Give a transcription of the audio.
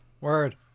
Word